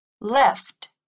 left